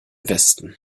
westen